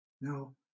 No